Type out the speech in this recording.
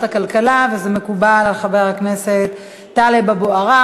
הכלכלה וזה מקובל על חבר הכנסת טלב אבו עראר,